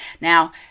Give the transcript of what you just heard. Now